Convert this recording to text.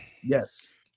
yes